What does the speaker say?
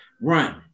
run